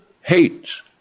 hates